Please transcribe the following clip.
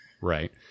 Right